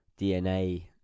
dna